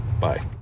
bye